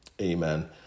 Amen